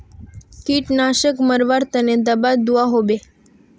कीटनाशक मरवार तने दाबा दुआहोबे?